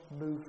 move